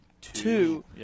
two